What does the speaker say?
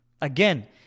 Again